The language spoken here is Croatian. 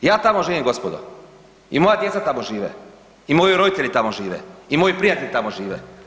Ja tamo živim gospodo i moja djeca tamo žive i moji roditelji tamo žive i moji prijatelji tamo žive.